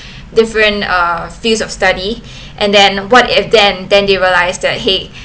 different uh fields of study and then what if then then they realize that !hey!